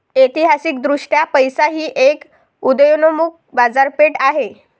ऐतिहासिकदृष्ट्या पैसा ही एक उदयोन्मुख बाजारपेठ आहे